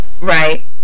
Right